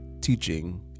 teaching